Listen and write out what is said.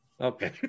Okay